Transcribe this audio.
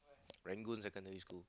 Rangoon secondary school